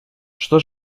что